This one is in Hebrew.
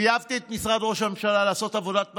חייבתי את משרד ראש הממשלה לעשות עבודת מטה,